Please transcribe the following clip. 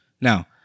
Now